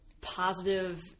positive